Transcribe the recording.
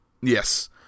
Yes